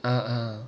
uh uh